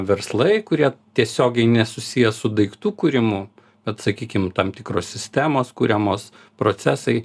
verslai kurie tiesiogiai nesusiję su daiktų kūrimu bet sakykim tam tikros sistemos kuriamos procesai